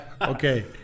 okay